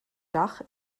dach